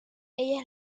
ella